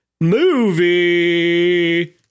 movie